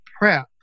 PrEP